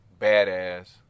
badass